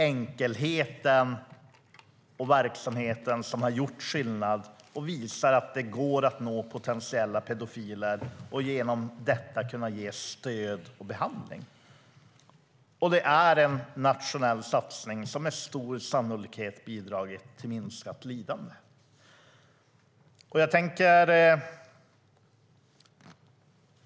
Enkelheten i verksamheten har gjort skillnad och visar att det går att nå potentiella pedofiler och genom detta kunna ge dem stöd och behandling. Det är en nationell satsning som med stor sannolikhet bidragit till minskat lidande.